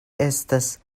estas